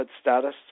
status